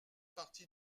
partie